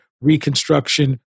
Reconstruction